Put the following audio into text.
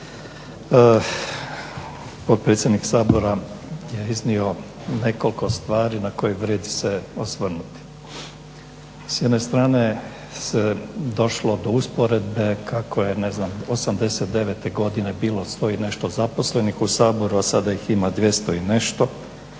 Potpredsjednik Sabora je iznio nekoliko stvari na koje bi se osvrnuo. S jedne strane je došlo do usporedbe kako je ne znam '89.godine bilo 100 i nešto zaposlenih u Saboru a sada ih ima 200 i nešto